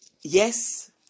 Yes